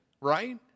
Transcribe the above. right